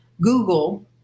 Google